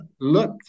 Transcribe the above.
Look